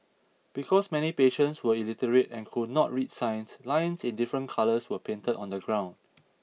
because many patients were illiterate and could not read signs lines in different colours were painted on the ground